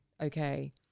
okay